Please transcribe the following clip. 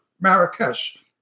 Marrakesh